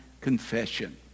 confession